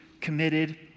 committed